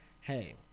hey